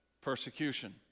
persecution